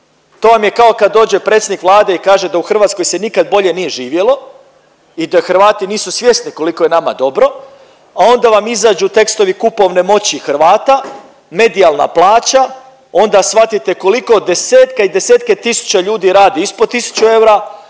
To vam je kao kad dođe predsjednik Vlade i kaže da u Hrvatskoj se nikad bolje nije živjelo i da Hrvati nisu svjesni koliko je nama dobro, a onda vam izađu tekstovi kupovne moći Hrvata, medijalna plaća, onda svatite koliko desetke i desetke tisuća ljudi radi ispod tisuću eura,